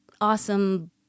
awesome